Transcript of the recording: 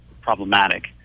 problematic